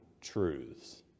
truths